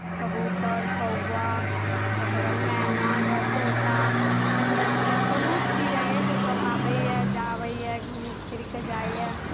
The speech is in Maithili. कबूतर कौआ ओकर बाद मैना ओकर बाद तोता कचबचिया बहुत चिड़ै अइ सेसभ आबैए जाबैए घूमि फिरि कऽ जाइए